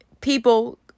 people